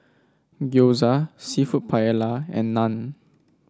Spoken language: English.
Gyoza seafood Paella and Naan